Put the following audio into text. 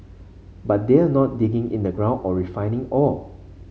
but they're not digging in the ground or refining ore